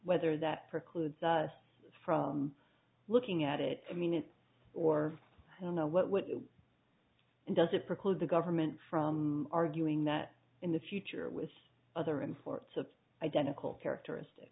whether that precludes us from looking at it i mean it or i don't know what would and does it preclude the government from arguing that in the future with other and forts of identical characteristic